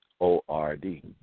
O-R-D